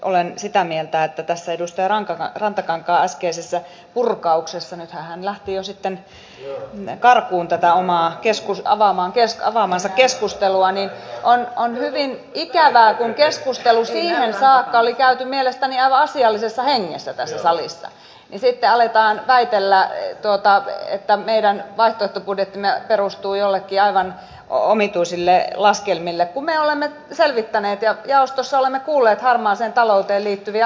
olen sitä mieltä että tässä edustaja rantakankaan äskeisessä purkauksessa nythän hän lähti jo sitten karkuun tätä itse avaamaansa keskustelua oli hyvin ikävää kun keskustelu siihen saakka oli käyty mielestäni aivan asiallisessa hengessä tässä salissa että sitten alettiin väitellä että meidän vaihtoehtobudjettimme perustuu joillekin aivan omituisille laskelmille kun me olemme selvittäneet ja jaostossa olemme kuulleet harmaaseen talouteen liittyviä asiantuntijoita